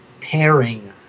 pairing